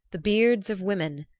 the beards of women,